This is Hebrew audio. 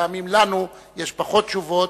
פעמים לנו יש פחות תשובות,